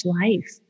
life